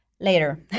later